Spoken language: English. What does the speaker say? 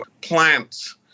plants